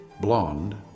blonde